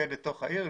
להתמקד בתוך העיר,